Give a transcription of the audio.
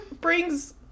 brings